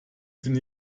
sind